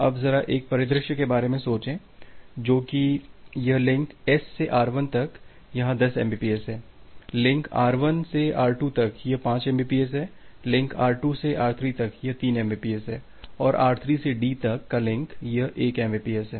अब जरा एक परिदृश्य के बारे में सोचें जो कि यह लिंक S से R1 तक यह 10 mbps है लिंक आर 1 से आर 2 तक यह 5 एमबीपीएस है लिंक R2 से R3 तक यह 3 mbps है और R3 से इस D तक का लिंक यह 1 mbps है